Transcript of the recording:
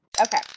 Okay